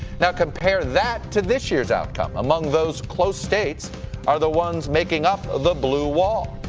now compare that to this year's outcome, among those close states are the ones making up the blue wall,